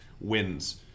wins